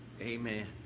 Amen